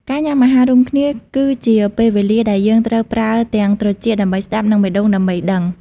ការញ៉ាំអាហាររួមគ្នាគឺជាពេលវេលាដែលយើងត្រូវប្រើទាំងត្រចៀកដើម្បីស្ដាប់ និងបេះដូងដើម្បីដឹង។